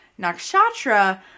nakshatra